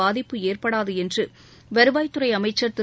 பாதிப்பு ஏற்படாது என்று வருவாய்த்துறை அமைச்சா் திரு